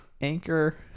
Anchor